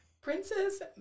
Princess